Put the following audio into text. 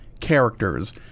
characters